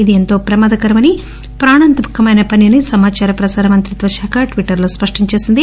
ఇది ఎంతో ప్రమాదకరమని ప్రాణాంతకమైన పని అని సమాచార ప్రసార మంత్రిత్వ శాఖ ట్విటర్లో తెలియచేసింది